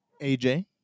AJ